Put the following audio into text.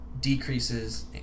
decreases